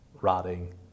rotting